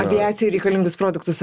aviacijai reikalingus produktus ar ne